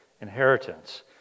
inheritance